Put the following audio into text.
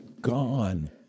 gone